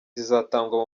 zizatangwa